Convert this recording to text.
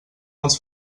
els